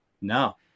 No